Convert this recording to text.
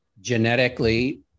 genetically